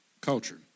culture